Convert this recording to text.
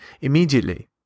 immediately